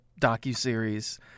docuseries